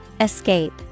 Escape